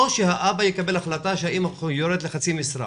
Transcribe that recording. אלא אם האבא מקבל החלטה שהאימא יורדת לחצי משרה,